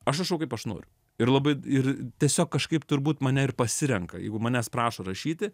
aš rašau kaip aš noriu ir labai ir tiesiog kažkaip turbūt mane ir pasirenka jeigu manęs prašo rašyti